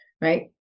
right